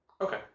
Okay